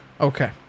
Okay